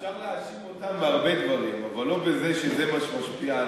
אפשר להאשים אותם בהרבה דברים אבל לא בזה שזה מה שמשפיע עליהם,